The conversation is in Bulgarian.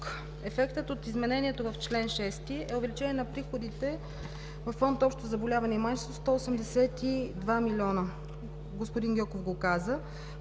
ефектът от изменението в чл. 6 е увеличението на приходите във Фонд „Общо заболяване и майчинство“ е 182 милиона, господин Гьоков го каза.